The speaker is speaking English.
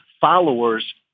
followers